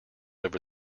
over